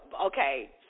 okay